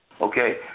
Okay